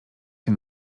się